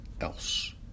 else